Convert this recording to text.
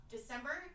December